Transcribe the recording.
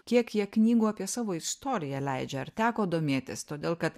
kiek jie knygų apie savo istoriją leidžia ar teko domėtis todėl kad